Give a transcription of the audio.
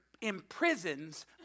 imprisons